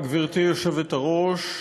גברתי היושבת-ראש,